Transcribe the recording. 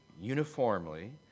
uniformly